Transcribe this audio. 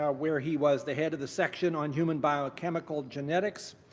ah where he was the head of the section on human biochemical genetics,